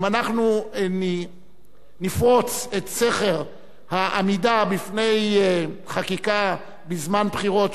אם אנחנו נפרוץ את סכר העמידה בפני חקיקה בזמן בחירות,